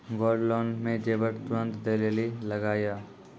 Gold loan मे जेबर तुरंत दै लेली लागेया?